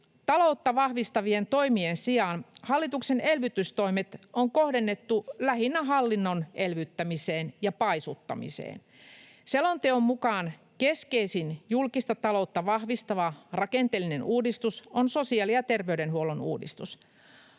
Taloutta vahvistavien toimien sijaan hallituksen elvytystoimet on kohdennettu lähinnä hallinnon elvyttämiseen ja paisuttamiseen. Selonteon mukaan keskeisin julkista taloutta vahvistava rakenteellinen uudistus on sosiaali‑ ja terveydenhuollon uudistus.